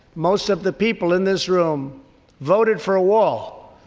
most of the people in this room voted for a wall,